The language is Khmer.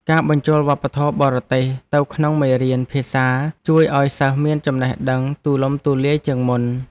ការបញ្ចូលវប្បធម៌បរទេសទៅក្នុងមេរៀនភាសាជួយឱ្យសិស្សមានចំណេះដឹងទូលំទូលាយជាងមុន។